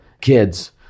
kids